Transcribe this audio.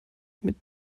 mit